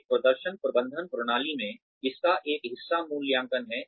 एक प्रदर्शन प्रबंधन प्रणाली में इसका एक हिस्सा मूल्यांकन है